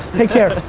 take care.